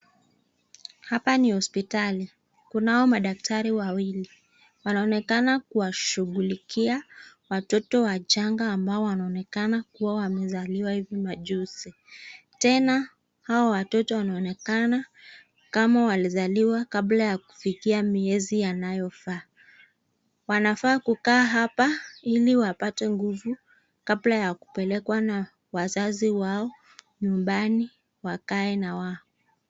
Hapa Ni hospitali, kunao madaktari wawili, wanaonekana kuwashughulikia watoto wachanga ambao wanaonekana wakiwa wamezaliwa hivi maajuzi ,tena hao watoto wanaonekana kama wamezaliwa kabla ya kufikia miezi inayofaa, wanafaa kukaa hapa ili wapate kungu kabla ya kupelekwa Na wazazi wao nyumbani wakae na wao.